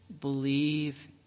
believe